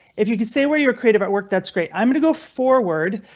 if you could say where you were created at work, that's great. i'm going to go forward.